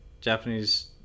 Japanese